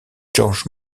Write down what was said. georges